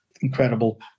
incredible